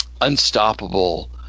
Unstoppable